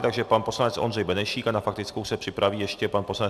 Takže pan poslanec Ondřej Benešík a na faktickou se připraví ještě pan poslanec Ferjenčík.